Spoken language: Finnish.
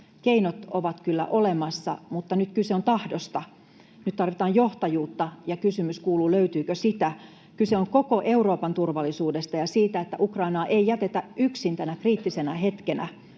Keinot ovat kyllä olemassa, mutta nyt kyse on tahdosta. Nyt tarvitaan johtajuutta, ja kysymys kuuluu, löytyykö sitä. Kyse on koko Euroopan turvallisuudesta ja siitä, että Ukrainaa ei jätetä yksin tänä kriittisenä hetkenä.